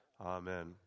Amen